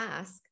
ask